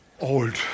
Old